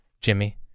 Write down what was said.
Jimmy